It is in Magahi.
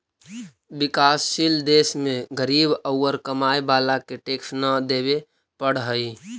विकासशील देश में गरीब औउर कमाए वाला के टैक्स न देवे पडऽ हई